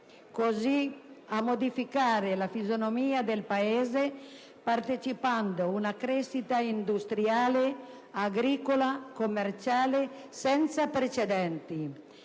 così a modificare la fisionomia del Paese, partecipando a una crescita industriale, agricola, commerciale senza precedenti.